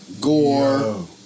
Gore